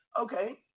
okay